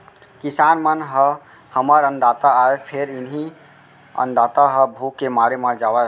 किसान मन ह हमर अन्नदाता आय फेर इहीं अन्नदाता ह भूख के मारे मर जावय